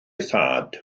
thad